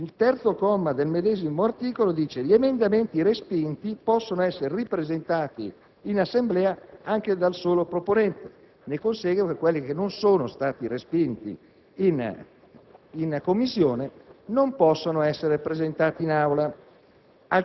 Il comma 3 del medesimo articolo dice: «Gli emendamenti respinti possono essere ripresentati in Assemblea, anche dal solo proponente». Ne consegue che gli emendamenti che non sono stati respinti in Commissione non possono essere presentati in Aula.